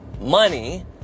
money